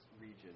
region